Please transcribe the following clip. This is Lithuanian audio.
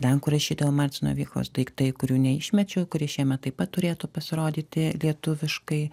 lenkų rašytojo marcino vichos daiktai kurių neišmečiau kuris šiemet taip pat turėtų pasirodyti lietuviškai